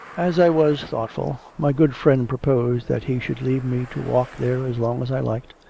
as i was thoughtful, my good friend proposed that he should leave me to walk there as long as i liked,